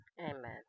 Amen